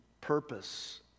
purpose